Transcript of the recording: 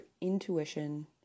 intuition